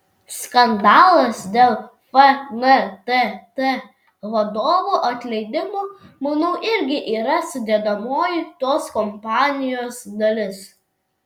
skandalas dėl fntt vadovų atleidimo manau irgi yra sudedamoji tos kampanijos dalis